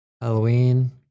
Halloween